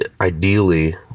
ideally